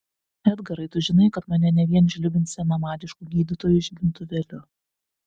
edgarai tu žinai kad mane ne vien žlibins senamadišku gydytojų žibintuvėliu